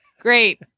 great